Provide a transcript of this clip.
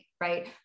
right